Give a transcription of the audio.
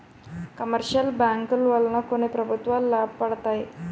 commercial బ్యాంకుల వలన కొన్ని ప్రభుత్వాలు లాభపడతాయి